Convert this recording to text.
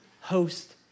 host